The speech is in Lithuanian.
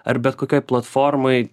ar bet kokioj platformoj